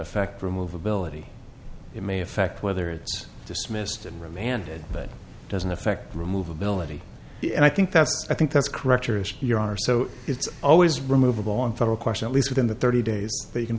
affect remove ability it may affect whether it's dismissed and remanded that doesn't affect remove ability and i think that's i think that's correct your honor so it's always removable on federal question at least within the thirty days you can